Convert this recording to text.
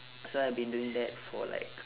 so I've been doing that for like